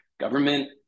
Government